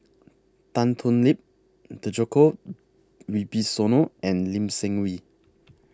Tan Thoon Lip Djoko Wibisono and Lee Seng Wee